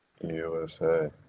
USA